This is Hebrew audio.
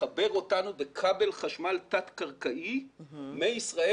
לחבר אותנו בכבל חשמל תת-קרקעי מישראל